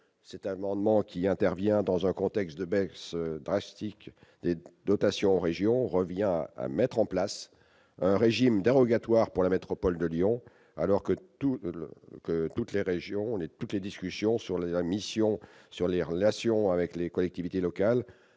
un amendement qui intervient dans un contexte de baisse drastique des dotations région revient à mettre en place un régime dérogatoire pour la métropole de Lyon alors que tout, que toutes les régions et de toutes les discussions sur les admissions sur les relations avec les collectivités locales